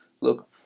look